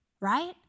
right